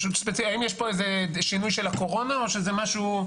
פשוט האם יש פה איזה שינוי של הקורונה או שזה משהו,